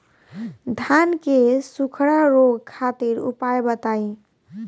धान के सुखड़ा रोग खातिर उपाय बताई?